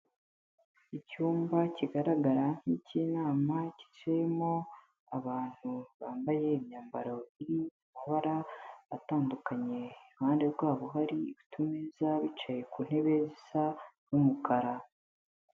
Icyumba kigaragara nk'ikinama cyicayemo abantu bambaye imyambaro iri mabara atandukanye, iruhande rwabo hari utumeza, bicaye ku ntebe zisa n'umukara.